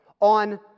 on